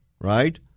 right